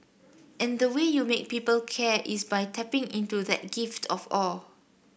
and the way you make people care is by tapping into that gift of awe